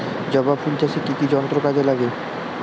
জবা ফুল চাষে কি কি যন্ত্র কাজে লাগে?